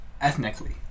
ethnically